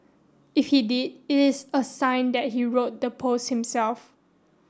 if he did it is a sign that he wrote the post himself